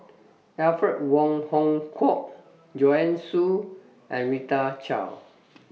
Alfred Wong Hong Kwok Joanne Soo and Rita Chao